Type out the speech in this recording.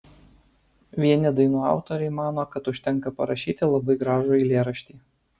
vieni dainų autoriai mano kad užtenka parašyti labai gražų eilėraštį